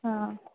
हा